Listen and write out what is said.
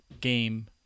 game